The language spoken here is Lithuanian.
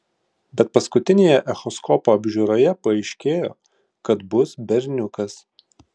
bet paskutinėje echoskopo apžiūroje paaiškėjo kad bus berniukas